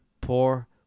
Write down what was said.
poor